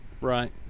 right